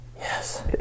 yes